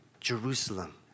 Jerusalem